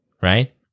Right